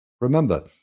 Remember